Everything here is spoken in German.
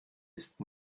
ist